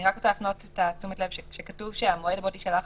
רק רוצה להפנות את תשומת הלב לכך שכשכתוב "המועד בו תישלח